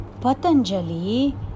Patanjali